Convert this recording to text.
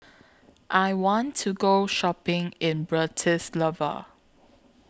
I want to Go Shopping in Bratislava